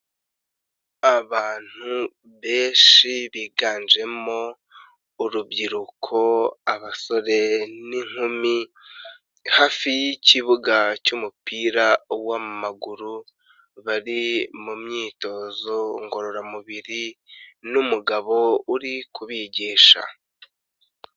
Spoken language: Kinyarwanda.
Abantu benshi biganjemo urubyiruko abasore n'inkumi, hafi y'ikibuga cy'umupira w'amaguru, bari mu myitozo ngororamubiri n'umugabo uri kubigisha.